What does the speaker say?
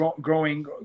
growing